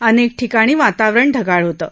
अनेक ठिकाणा वातावरण ढगाळ होतं